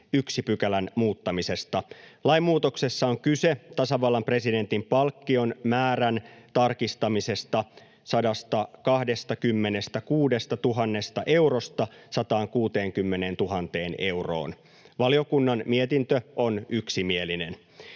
lain 1 §:n muuttamisesta. Lainmuutoksessa on kyse tasavallan presidentin palkkion määrän tarkistamisesta 126 000 eurosta 160 000 euroon. Valiokunnan mietintö on yksimielinen.